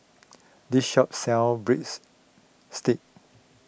this shop sell Breadsticks